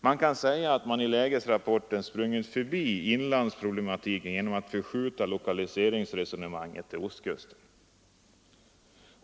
Det kan sägas att man i lägesrapporten har sprungit förbi inlandsproblematiken genom att förskjuta lokaliseringsresonemanget till ostkusten.